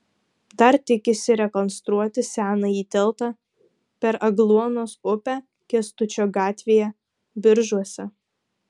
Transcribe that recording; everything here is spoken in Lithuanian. dar tikisi rekonstruoti senąjį tiltą per agluonos upę kęstučio gatvėje biržuose